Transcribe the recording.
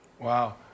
Wow